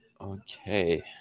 Okay